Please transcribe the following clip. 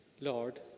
Lord